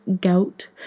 gout